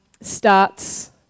starts